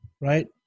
Right